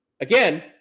Again